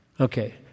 Okay